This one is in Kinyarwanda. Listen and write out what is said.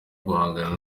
guhangana